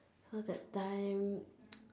so that time